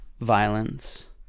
violence